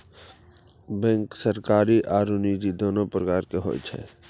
bank सरकारी आरो निजी दोनो प्रकार के होय छै